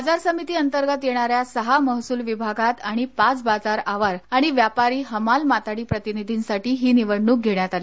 बाजार समितीच्या अंतर्गत येणा या सहा महसूल विभागात आणि पाच बाजार आवार आणि व्यापारी हमाल माथाडी प्रतिनिधींसाठी ही निवडणूक घेणअयात आली